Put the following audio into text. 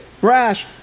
brash